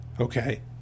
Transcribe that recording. okay